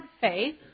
faith